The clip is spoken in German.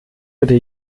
bitte